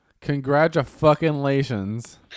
Congratulations